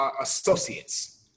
associates